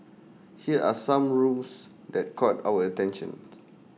here are some rooms that caught our attention